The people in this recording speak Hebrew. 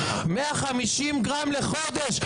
150 גרם לחודש.